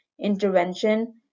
intervention